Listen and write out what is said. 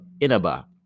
Inaba